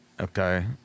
okay